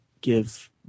give